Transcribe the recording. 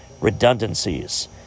redundancies